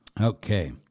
Okay